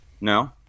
No